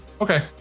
Okay